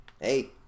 Hey